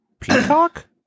peacock